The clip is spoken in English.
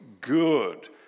good